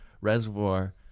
reservoir